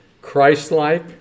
Christ-like